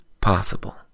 possible